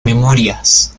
memorias